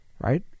Right